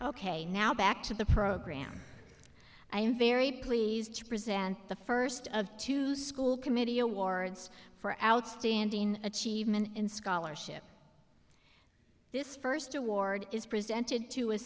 ok now back to the program i am very pleased to present the first of two school committee awards for outstanding achievement in scholarship this first award is presented to a